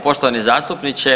Poštovani zastupniče.